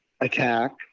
attack